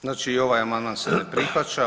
Znači ovaj amandman se ne prihvaća.